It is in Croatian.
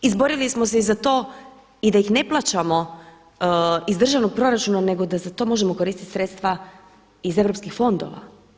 Izborili smo se i za to i da ih ne plaćamo iz državnog proračuna, nego da za to možemo koristiti sredstva iz EU fondova.